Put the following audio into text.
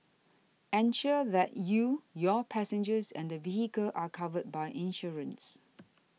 ensure that you your passengers and the vehicle are covered by insurance